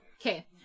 Okay